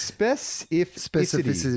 Specificity